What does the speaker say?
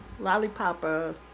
Lollipop